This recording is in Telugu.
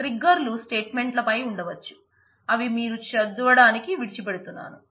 ట్రిగ్గర్ లు స్టేట్ మెంట్ లపై ఉండవచ్చు అవి మీరే చదువడానికి విడిచి పెడుతున్నాను